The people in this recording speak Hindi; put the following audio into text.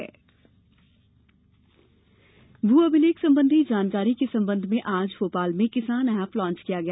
किसान ऐप भू अभिलेख संबंधी जानकारी के संबंध में आज भोपाल में किसान एप लॉच किया गया